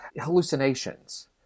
hallucinations